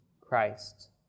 Christ